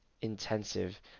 intensive